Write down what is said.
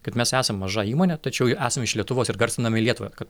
kad mes esam maža įmonė tačiau esam iš lietuvos ir garsiname lietuvą kad